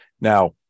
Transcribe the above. Now